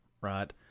right